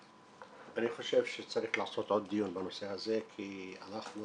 אני חושב שצריך לעשות עוד דיון בנושא הזה כי אנחנו